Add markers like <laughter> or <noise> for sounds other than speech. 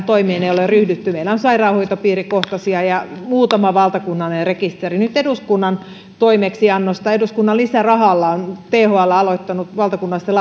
<unintelligible> toimiin ei ole ryhdytty meillä on sairaanhoitopiirikohtaisia rekistereitä ja muutama valtakunnallinen rekisteri nyt eduskunnan toimeksiannosta eduskunnan lisärahalla on thl aloittanut valtakunnallisten <unintelligible>